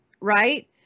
right